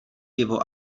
pivo